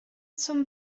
zum